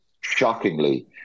shockingly